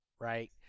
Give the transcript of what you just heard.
right